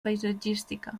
paisatgística